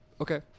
Okay